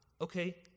okay